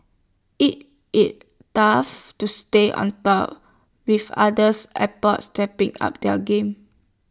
IT it tough to stay on top with other airports stepping up their game